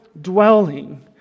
dwelling